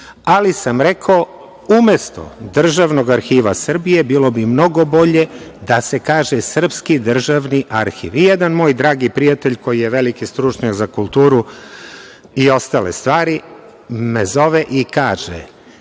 ali sam rekao, umesto Državnog arhiva Srbije, bilo bi mnogo bolje da se kaže, srpski državni arhiv.I jedan moj dragi prijatelj, koji je veliki stručnjak za kulturu i ostale stvari me zove i kaže